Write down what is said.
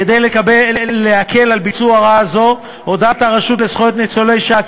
כדי להקל על ביצוע הוראה זו הודיעה הרשות לזכויות ניצולי השואה